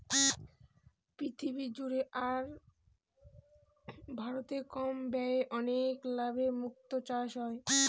পৃথিবী জুড়ে আর ভারতে কম ব্যয়ে অনেক লাভে মুক্তো চাষ হয়